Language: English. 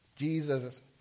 Jesus